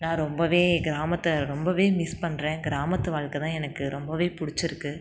நான் ரொம்ப கிராமத்தை ரொம்ப மிஸ் பண்ணுறேன் கிராமத்து வாழ்க்கைதான் எனக்கு ரொம்ப பிடிச்சிருக்கு